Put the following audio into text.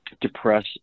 depress